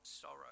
sorrow